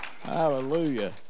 hallelujah